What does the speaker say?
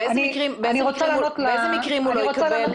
באיזה מקרים הוא לא יקבל?